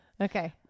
Okay